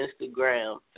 Instagram